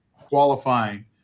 qualifying